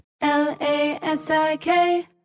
L-A-S-I-K